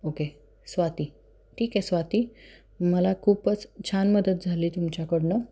okay Swati ठीक आहे स्वाती मला खूपच छान मदत झाली तुमच्याकडनं